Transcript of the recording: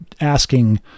asking